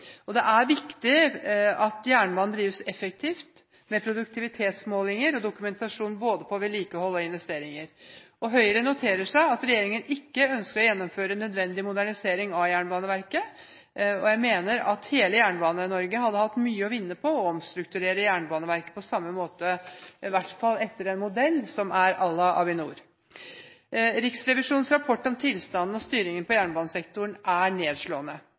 transportmidler. Det er viktig at jernbanen drives effektivt med produktivitetsmålinger og dokumentasjon både av vedlikehold og investeringer. Høyre noterer seg at regjeringen ikke ønsker å gjennomføre nødvendig modernisering av Jernbaneverket. Jeg mener at hele Jernbane-Norge hadde hatt mye å vinne på å omstrukturere Jernbaneverket på samme måte, eller i hvert fall etter en modell, som er à la Avinor. Riksrevisjonens rapport om tilstanden og styringen på jernbanesektoren er nedslående.